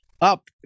up